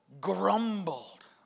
grumbled